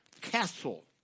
castle